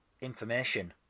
information